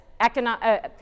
economic